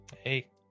Hey